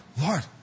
Lord